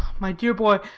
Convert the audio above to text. my dear boy,